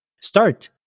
start